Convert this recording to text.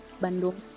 Bandung